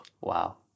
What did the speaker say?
wow